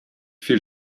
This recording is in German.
viel